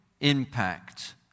impact